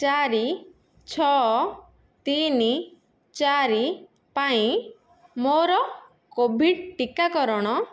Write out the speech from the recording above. ଚାରି ଛଅ ତିନି ଚାରି ପାଇଁ ମୋର କୋଭିଡ଼୍ ଟିକାକରଣ